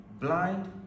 blind